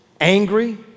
angry